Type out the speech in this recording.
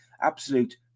Absolute